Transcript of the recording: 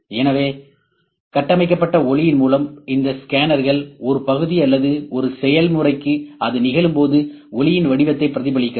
எனவே கட்டமைக்கப்பட்ட ஒளியின் மூலம் இந்த ஸ்கேனர்கள் ஒரு பகுதி அல்லது ஒரு செயல்முறைக்கு அது நிகழும்போது ஒளியின் வடிவத்தை பிரதிபலிக்கின்றது